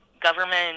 government